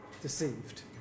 deceived